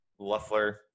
Luffler